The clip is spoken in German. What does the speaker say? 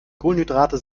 kohlenhydrate